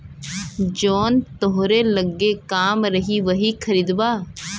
जवन तोहरे लग्गे कम रही वही खरीदबा